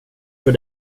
för